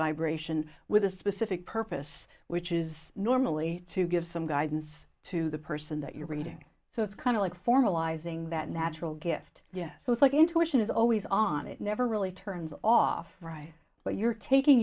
vibration with a specific purpose which is normally to give some guidance to the person that you're reading so it's kind of like formalizing that natural gift yeah so it's like intuition is always on it never really turns off right but you're taking